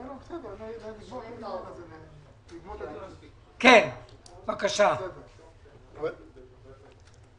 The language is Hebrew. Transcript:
ענף המדגה הישראלי, אנחנו מקרה המבחן של